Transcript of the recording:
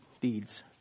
deeds